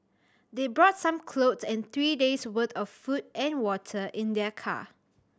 they brought some clothes and three days' worth of food and water in their car